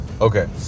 Okay